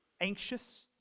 anxious